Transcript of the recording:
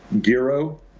Giro